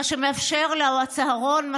צהרון,